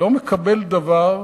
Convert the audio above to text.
לא מקבל דבר.